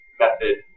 method